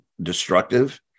destructive